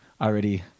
already